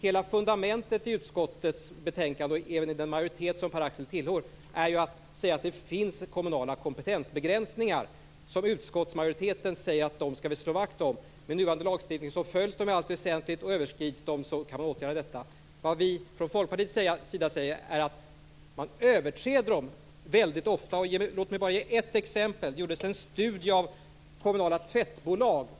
Hela fundamentet i utskottets betänkande är ju att det finns kommunala kompetensbegränsningar, vilket också den majoritet som Pär-Axel Sahlberg tillhör anser. Utskottsmajoriteten säger att vi nu skall slå vakt om begränsningarna, att de med nuvarande lagstiftning följs i allt väsentligt och att det kan åtgärdas om de skulle överskridas. Från Folkpartiets sida säger vi att man väldigt ofta överträder dem. Låt mig ge ett exempel. Det gjordes en studie över kommunala tvättbolag.